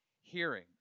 hearing